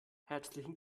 herzlichen